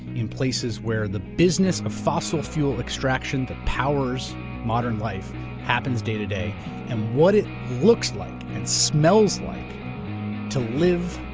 in places where the business of fossil fuel extraction that powers modern life happens day to day and what it looks like and smells like to live